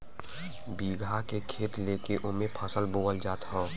बीघा के खेत लेके ओमे फसल बोअल जात हौ